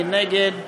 מי נגד?